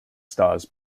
stars